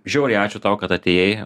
žiauriai ačiū tau kad atėjai